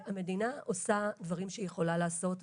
המדינה עושה דברים שהיא יכולה לעשות,